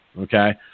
Okay